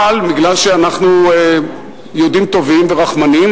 אבל מפני שאנחנו יהודים טובים ורחמנים,